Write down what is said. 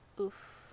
Oof